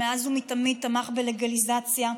שמאז ומתמיד תמך בלגליזציה,